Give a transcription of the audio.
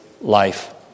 life